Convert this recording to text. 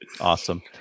Awesome